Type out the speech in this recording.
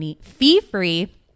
fee-free